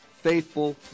faithful